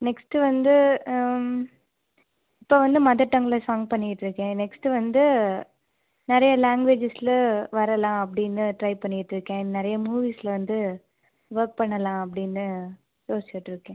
next வந்து இப்போ வந்து மதர்டங்ல சாங் பண்ணிகிட்ருக்கேன் நெக்ஸ்ட்டு வந்து நிறைய லேங்குவேஜஸ்ல வரலாம் அப்படின்னு டிரை பண்ணிகிட்ருக்கேன் நிறைய மூவிஸ்ல வந்து ஒர்க் பண்ணலாம் அப்படின்னு யோசிச்சிட்ருக்கேன்